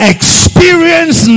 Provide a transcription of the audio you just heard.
Experience